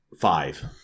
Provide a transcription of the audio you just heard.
five